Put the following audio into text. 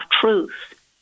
truth